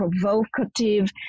provocative